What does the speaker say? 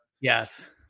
Yes